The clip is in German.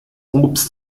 obst